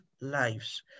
lives